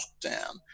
lockdown